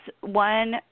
one